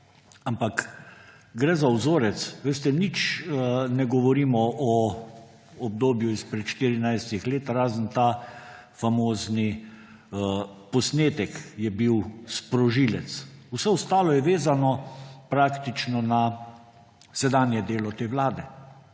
ampak gre za vzorec. Veste, nič ne govorimo o obdobju izpred 14 let, razen ta famozni posnetek je bil sprožilec. Vse ostalo je vezano na sedanje delo te vlade.